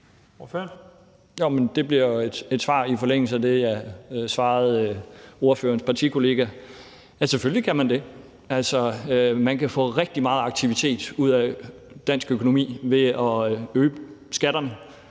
det bliver jo et svar i forlængelse af det, jeg svarede ordførerens partikollega: Selvfølgelig kan man det. Man kan få rigtig meget aktivitet ud af dansk økonomi ved at øge skatterne.